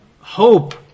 hope